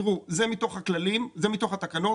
תיראו, זה מתוך הכללים, זה מתוך התקנות.